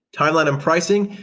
timeline and pricing.